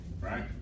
right